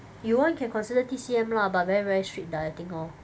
you want can consider T_C_M lah but very very strict dieting lor